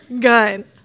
good